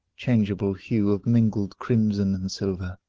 changeable hue of mingled crimson and silver.